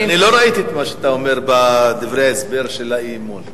אני לא ראיתי את מה שאתה אומר בדברי ההסבר של האי-אמון.